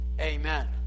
Amen